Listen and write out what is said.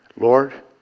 Lord